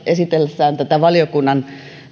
esitellessään tätä valiokunnan